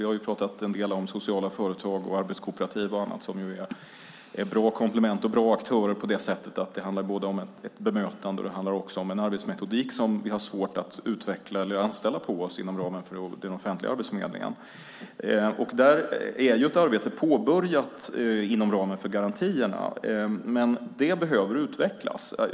Vi har pratat en del om sociala företag, arbetskooperativ och annat som är bra komplement och bra aktörer på det sättet att det både handlar om ett bemötande och om en arbetsmetodik som vi har svårt att utveckla inom ramen för den offentliga Arbetsförmedlingen. Där är ett arbete påbörjat inom ramen för garantierna, men det behöver utvecklas.